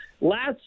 last